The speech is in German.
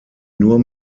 nur